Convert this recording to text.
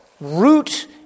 root